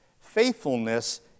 Faithfulness